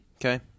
okay